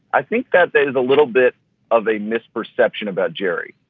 i think that there's a little bit of a misperception about jerry.